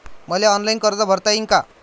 मले ऑनलाईन कर्ज भरता येईन का?